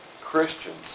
Christians